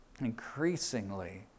increasingly